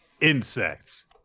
insects